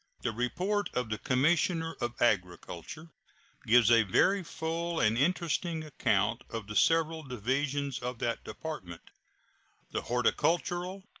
the report of the commissioner of agriculture gives a very full and interesting account of the several divisions of that department the horticultural,